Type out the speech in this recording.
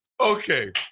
okay